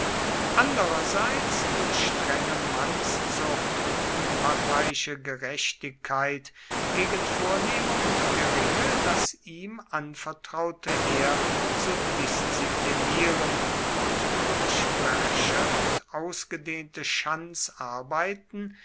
andrerseits durch strenge mannszucht und unparteiische gerechtigkeit gegen vornehme und geringe das ihm anvertraute heer zu disziplinieren und durch märsche und ausgedehnte